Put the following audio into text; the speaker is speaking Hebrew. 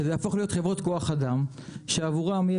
זה יהפוך להיות חברות כוח אדם שעבורן תהיה